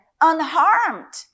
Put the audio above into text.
unharmed